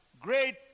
great